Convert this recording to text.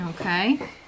Okay